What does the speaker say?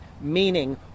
meaning